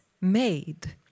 made